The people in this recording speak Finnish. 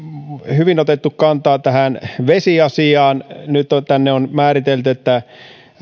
hyvin otettu kantaa tähän vesiasiaan nyt tänne on määritelty että